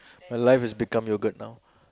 my life has become yoghurt now